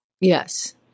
Yes